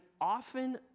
often